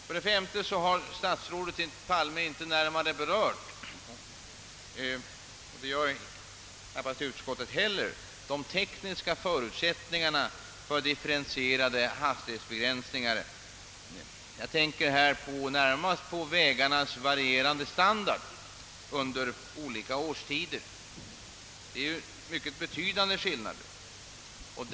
För det femte har statsrådet Palme inte närmare berört, och det gör knappast utskottet heller, de tekniska förutsättningarna för differentierade hastighetsbegränsningar. Jag tänker här närmast på vägarnas varierande standard under olika årstider. Därvidlag föreligger ju ytterst betydande olikheter.